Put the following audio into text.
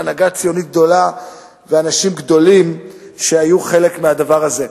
יחד עם הנהגה ציונית גדולה ואנשים גדולים שהיו חלק מהדבר הזה.